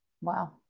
Wow